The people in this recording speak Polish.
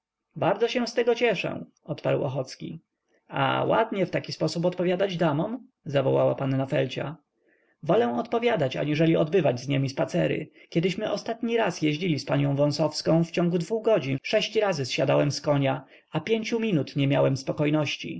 bardzo się z tego cieszę odparł ochocki a ładnie w taki sposób odpowiadać damom zawołała panna felcia wolę odpowiadać aniżeli odbywać z niemi spacery kiedyśmy ostatni raz jeździli z panią wąsowską w ciągu dwu godzin sześć razy zsiadałem z konia a pięciu minut nie miałem